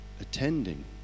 attending